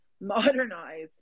modernize